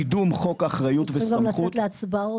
קידום חוק אחריות וסמכות --- אנחנו צריכים גם לצאת להצבעות.